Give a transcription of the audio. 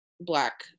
black